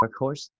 workhorse